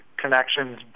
connections